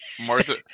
Martha